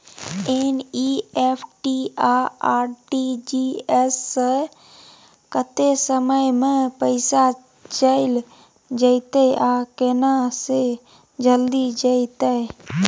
NEFT आ RTGS स कत्ते समय म पैसा चैल जेतै आ केना से जल्दी जेतै?